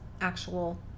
actual